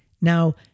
Now